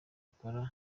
akora